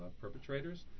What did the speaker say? perpetrators